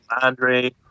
Andre